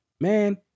man